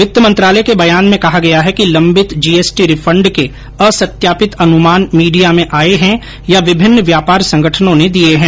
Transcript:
वित्त मंत्रालय के बयान में कहा गया है कि लंबित जीएसटी रिफंड के असत्यापित अनुमान मीडिया में आए हैं या विभिन्न व्यापार संगठनों ने दिए हैं